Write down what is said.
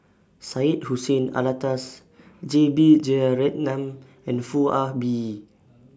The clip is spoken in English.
Syed Hussein Alatas J B Jeyaretnam and Foo Ah Bee